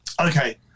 Okay